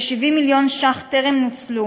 כ-70 מיליון שקל טרם נוצלו